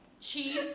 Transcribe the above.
cheese